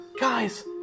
guys